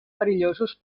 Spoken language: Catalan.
perillosos